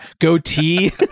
goatee